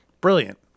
Brilliant